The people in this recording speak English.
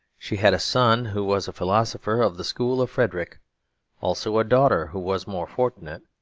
she had a son who was a philosopher of the school of frederick also a daughter who was more fortunate,